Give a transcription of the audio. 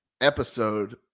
episode